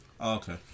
Okay